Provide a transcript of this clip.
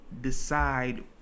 decide